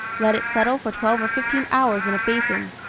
let it settle for twelve or fifteen hours in a basin,